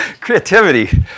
creativity